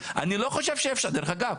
אני לא חושב, דרך אגב,